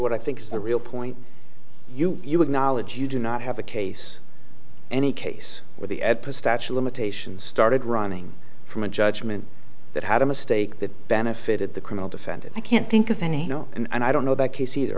what i think is the real point you you acknowledge you do not have a case any case where the at pistache limitations started running from a judgment that had a mistake that benefited the criminal defendant i can't think of any no and i don't know that case either